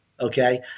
Okay